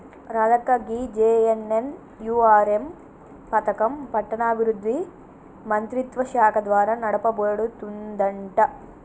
రాధక్క గీ జె.ఎన్.ఎన్.యు.ఆర్.ఎం పథకం పట్టణాభివృద్ధి మంత్రిత్వ శాఖ ద్వారా నడపబడుతుందంట